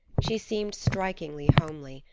she seemed strikingly homely,